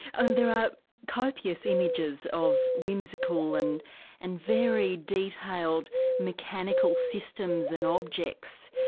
and there are copious images of whimsical and and very detailed mechanical systems and objects.